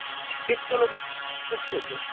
ਠੀਕ ਏ ਚਲੋ